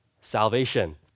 salvation